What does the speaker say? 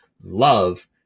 love